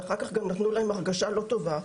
ואחר כך גם נתנו להם הרגשה לא טובה.